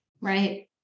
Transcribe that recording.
Right